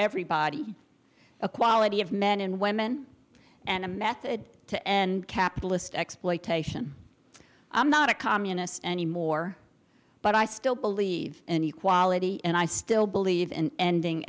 everybody a quality of men and women and a method to end capitalist exploitation i'm not a communist anymore but i still believe in equality and i still believe in ending